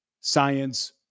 science